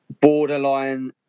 borderline